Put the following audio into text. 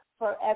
forever